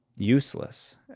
useless